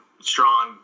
strong